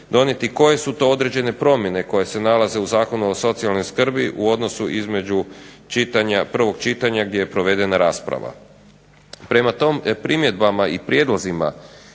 pokušam koje su to određene promjene koje se nalaze u Zakonu o socijalnoj skrbi u odnosu između prvog čitanja gdje je provedena rasprava. Prema primjedbama i prijedlozima